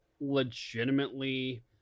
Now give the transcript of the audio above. legitimately